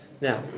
now